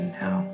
now